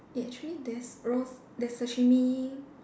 eh actually there's raw there's sashimi